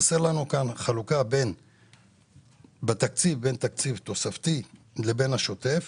בתקציב חסרה לנו כאן חלוקה בין תקציב תוספתי לבין השוטף.